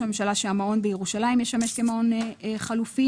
הממשלה שהמעון בירושלים ישמש כמעון חלופי.